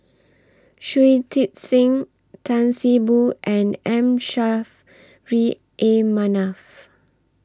Shui Tit Sing Tan See Boo and M Saffri A Manaf